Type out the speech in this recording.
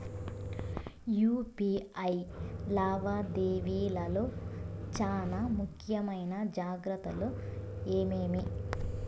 UPI లావాదేవీల లో చానా ముఖ్యమైన జాగ్రత్తలు ఏమేమి?